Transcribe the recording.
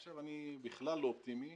עכשיו אני בכלל לא אופטימי.